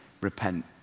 repent